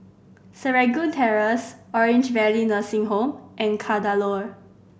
Serangoon Terrace Orange Valley Nursing Home and Kadaloor